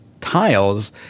tiles